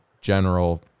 general